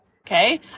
Okay